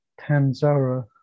Tanzara